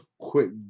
quick